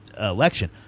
election